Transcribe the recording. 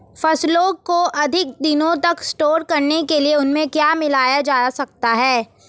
फसलों को अधिक दिनों तक स्टोर करने के लिए उनमें क्या मिलाया जा सकता है?